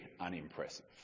unimpressive